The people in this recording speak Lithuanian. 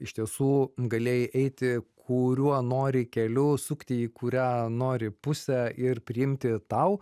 iš tiesų galėjai eiti kuriuo nori keliu sukti į kurią nori pusę ir priimti tau